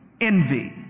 envy